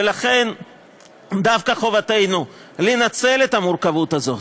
ולכן חובתנו דווקא לנצל את המורכבות הזאת: